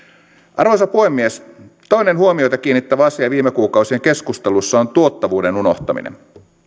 arvoisa puhemies toinen huomiota kiinnittävä asia viime kuukausien keskustelussa on tuottavuuden unohtaminen